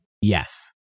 yes